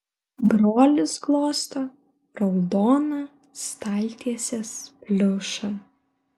brolis glosto raudoną staltiesės pliušą